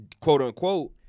quote-unquote